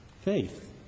Faith